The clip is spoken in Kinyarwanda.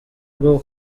bwo